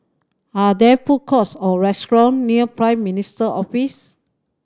are there food courts or restaurant near Prime Minister's Office